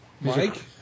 Mike